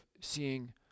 seeing